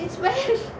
since when